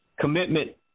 commitment